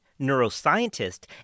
neuroscientist